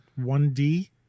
1d